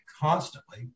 constantly